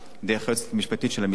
דרך היועצת המשפטית של המשרד,